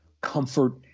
comfort